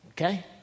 okay